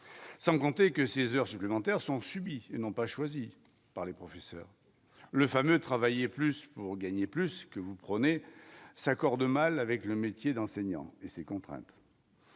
sans compter que ces heures supplémentaires sont subi et n'ont pas choisi par les professeurs, le fameux travailler plus pour gagner plus que vous prenez s'accorde mal avec le métier d'enseignant et ses contraintes.